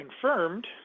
confirmed